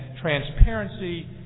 transparency